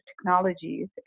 technologies